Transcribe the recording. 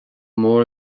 mór